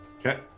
Okay